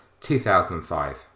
2005